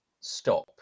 stop